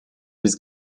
was